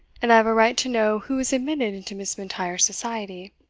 and i have a right to know who is admitted into miss m'intyre's society.